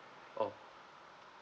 oh